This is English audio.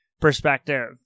perspective